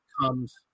comes